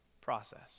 process